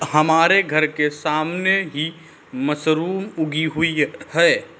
हमारे घर के सामने ही मशरूम उगी हुई है